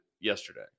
yesterday